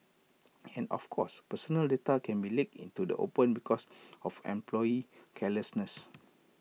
and of course personal data can be leaked into the open because of employee carelessness